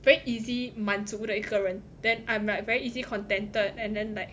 very easy 满足的一个人 then I'm like very easily contented and then like